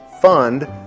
fund